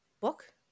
book